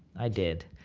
i did.